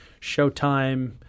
Showtime